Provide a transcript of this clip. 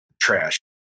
trash